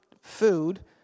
food